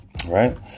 Right